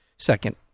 Second